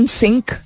Sync